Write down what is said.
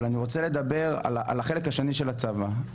אבל אני רוצה לדבר על החלק השני של הצבא,